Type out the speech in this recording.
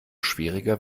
schwieriger